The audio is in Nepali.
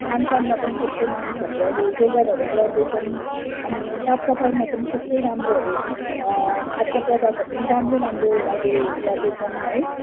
खानपानमा पनि त्यस्तै मानिसहरूले अहिले जोगाडहरू गर्दैछन् अनि साफ सफाइमा पनि त्यस्तै राम्रोहरू खाद्यपदार्थहरू पनि राम्रो राम्रो अहिले गर्दैछन् है